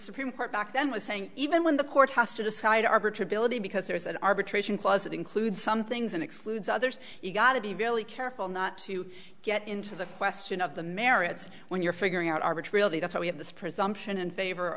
supreme court back then was saying even when the court has to decide arbor to ability because there is an arbitration clause that includes some things and excludes others you've got to be really careful not to get into the question of the merits when you're figuring out arbitrarily that's why we have this presumption in favor